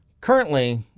Currently